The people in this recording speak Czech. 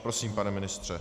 Prosím, pane ministře.